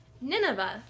Nineveh